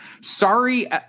sorry